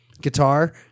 guitar